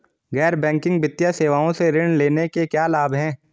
गैर बैंकिंग वित्तीय सेवाओं से ऋण लेने के क्या लाभ हैं?